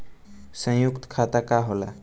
सयुक्त खाता का होला?